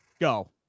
go